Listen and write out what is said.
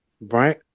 right